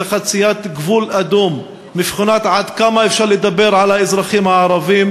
זה חציית גבול אדום מבחינת כמה אפשר לדבר על האזרחים הערבים,